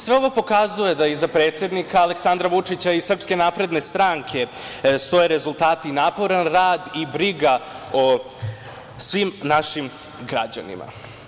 Sve ovo pokazuje da iza predsednika Aleksandra Vučića i SNS stoje rezultati, naporan rad i briga o svim našim građanima.